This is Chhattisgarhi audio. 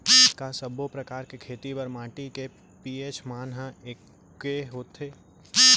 का सब्बो प्रकार के खेती बर माटी के पी.एच मान ह एकै होथे?